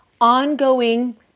ongoing